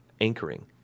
anchoring